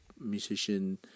musician